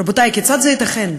רבותי, כיצד זה ייתכן?